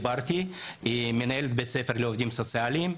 כבר דיברתי עם מנהלת בית ספר לעובדים סוציאליים.